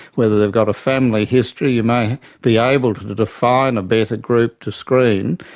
whether they've got a family history. you may be able to to define a better group to screen,